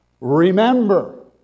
Remember